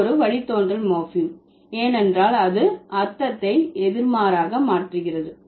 இது ஒரு வழித்தோன்றல் மார்பிம் ஏனென்றால் அது அர்த்தத்தை எதிர்மாறாக மாற்றுகிறது